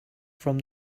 from